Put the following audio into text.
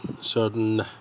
certain